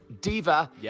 diva